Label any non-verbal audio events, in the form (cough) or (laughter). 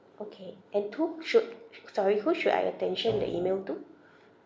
okay and to should (noise) sorry who should I attention the email to